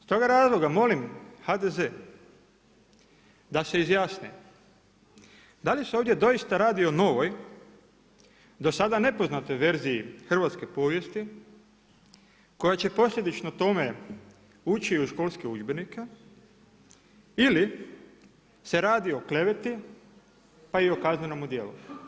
S toga razloga molim HDZ da se izjasni da li se ovdje dosita radi o novoj do sada nepoznatoj verziji hrvatske povijesti koja će posljedično tome ući u školske udžbenike ili se radi o kleveti pa i o kaznenome djelu.